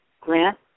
Grant